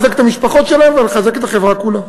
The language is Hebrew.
לחזק את המשפחות שלהם ולחזק את החברה כולה.